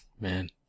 Man